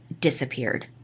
disappeared